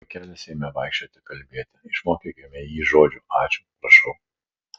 vaikelis ėmė vaikščioti kalbėti išmokykime jį žodžių ačiū prašau